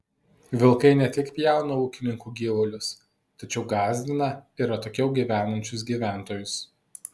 vilkai ne tik pjauna ūkininkų gyvulius tačiau gąsdina ir atokiau gyvenančius gyventojus